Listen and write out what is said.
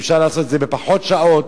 אפשר לעשות את זה בפחות שעות.